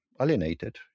alienated